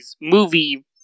movie